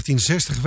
1960